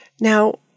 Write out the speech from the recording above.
Now